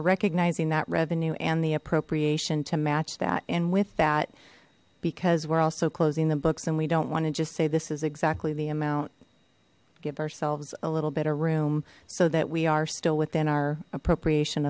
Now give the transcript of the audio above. recognizing that revenue and the appropriation to match that and with that because we're also closing the books and we don't want to just say this is exactly the amount give ourselves a little bit of room so that we are still within our appropriation